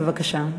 בבקשה.